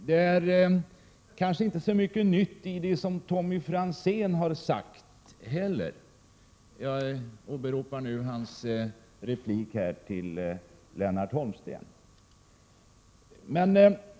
Det kanske inte finns så mycket nytt i det som Tommy Franzén säger heller — jag åberopar nu hans replik till Lennart Holmsten.